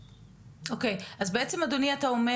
אז בעצם אדוני אתה אומר,